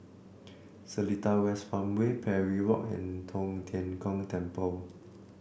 Seletar West Farmway Parry Walk and Tong Tien Kung Temple